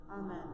Amen